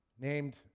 named